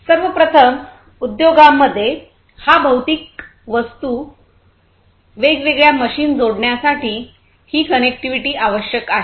सर्व प्रथम उद्योगांमध्ये या भौतिक वस्तूवेगवेगळ्या मशीन जोडण्यासाठी ही कनेक्टिव्हिटी आवश्यक आहे